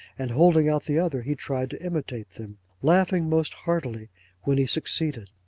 and holding out the other he tried to imitate them, laughing most heartily when he succeeded.